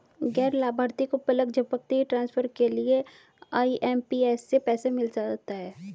गैर लाभार्थी को पलक झपकते ही ट्रांसफर के लिए आई.एम.पी.एस से पैसा मिल जाता है